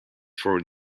for